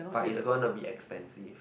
but it's gonna be expensive